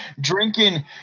drinking